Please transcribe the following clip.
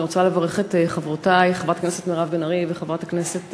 אני רוצה לברך את חברותי חברת הכנסת מירב בן ארי וחברת הכנסת,